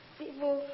people